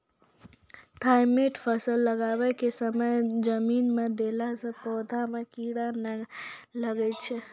Thimet फ़सल लगाबै के समय जमीन मे देला से पौधा मे कीड़ा नैय लागै छै?